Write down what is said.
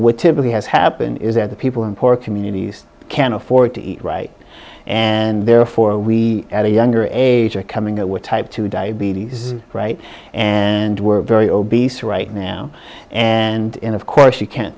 typically has happened is that the people in poor communities can't afford to eat right and therefore we at a younger age are coming up with type two diabetes right and we're very obese right now and in of course you can't